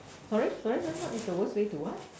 sorry sorry sorry what is the worst way to what